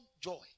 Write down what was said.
joy